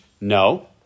No